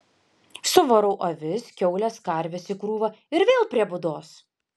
suvarau avis kiaules karves į krūvą ir vėl prie būdos